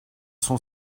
sont